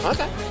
Okay